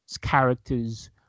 characters